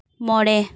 ᱢᱚᱬᱮ